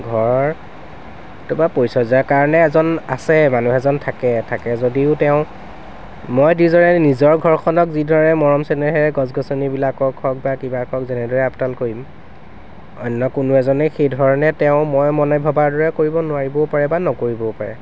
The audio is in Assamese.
ঘৰৰ তোমাৰ পৰিচৰ্যাৰ কাৰণে এজন আছে মনুহ এজন থাকে থাকে যদিও তেওঁ মই যিদৰে নিজৰ ঘৰখনক যিদৰে মৰম চেনেহে গছ গছনিবিলাকক হওক বা যেনেদৰে আপদাল কৰিম অন্য কোনো এজনে সেই ধৰণে তেওঁ মই মনে ভবাৰ দৰে কৰিব নোৱাৰিবও পাৰে বা নকৰিবও পাৰে